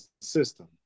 system